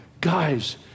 guys